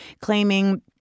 claiming